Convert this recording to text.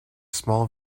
small